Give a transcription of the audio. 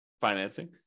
financing